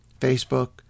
Facebook